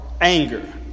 anger